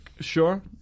sure